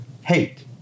hate